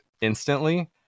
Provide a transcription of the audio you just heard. instantly